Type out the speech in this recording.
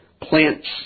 plants